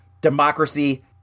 democracy